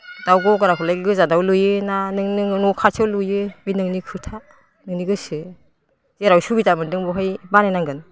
दाउ गग्राखौलाय गोजानाव लुयो ना नों नोङो न' खाथियाव लुयो बे नोंनि खोथा नोंनि गोसो जेराव सुबिदा मोनदों बेवहाय बानायनांगोन